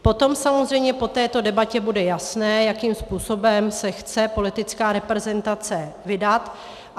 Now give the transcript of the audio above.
Potom samozřejmě po této debatě bude jasné, jakým způsobem se chce politická reprezentace vydat.